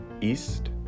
East